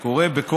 זה קורה,